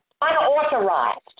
Unauthorized